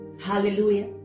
Hallelujah